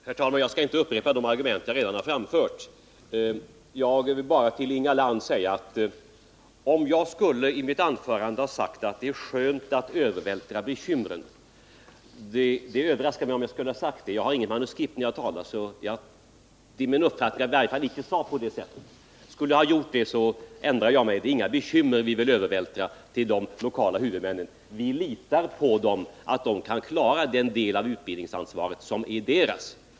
Herr talman! Jag skall inte upprepa de argument jag redan framfört. Inga Lantz säger att jag i mitt anförande skulle ha sagt att det är skönt att övervältra bekymren. Det förvånar mig om jag skulle ha sagt så. Jag har visserligen inget manuskript när jag talar, men det är min uppfattning att jag inte uttryckte mig på det sättet. Skulle jag ha gjort det vill jag ändra mig — vi vill inte övervältra några bekymmer på de lokala huvudmännen. Vi litar på att de kan klara den del av utbildningsansvaret som är deras.